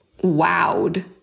wowed